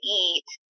eat